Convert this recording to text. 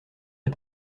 est